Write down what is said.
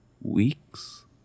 weeks